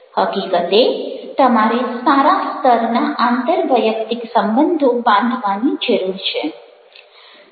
હકીકતે તમારે સારા સ્તરના આંતરવૈયક્તિક સંબંધો બાંધવાની જરૂર છે